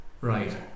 right